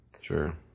Sure